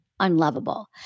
unlovable